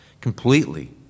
completely